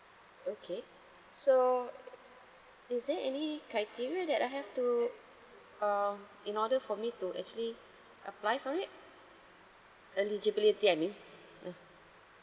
okay so is there any criteria that I have to um in order for me to actually apply for it eligibility I mean uh